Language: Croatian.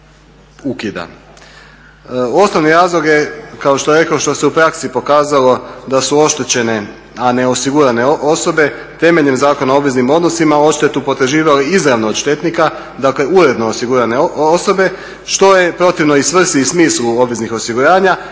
Osnovni razlog je kao što je rekao što se u praksi pokazalo da su oštećene a ne osigurane osobe temeljem Zakona o obveznim odnosima odštetu potraživali izravno od štetnika, dakle uredno osigurane osobe što je protivno i svrsi i smislu obveznih osiguranja